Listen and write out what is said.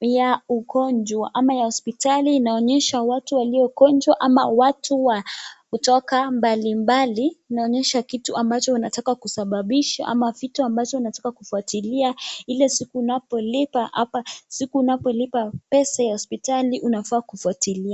ni ya ugonjwa ama hospitali inaonyesha watu walio wagonjwa ama watu wa kutoka mbali mbali inaonyesha kitu ambacho wanataka kusabisha ama vitu ambazo wanataka kufuatilia ile siku ambapo unapolipa hapa siku unapolipa pesa ya hospitali unafaa kufuatilia.